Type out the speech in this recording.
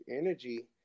energy